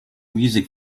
music